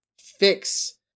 fix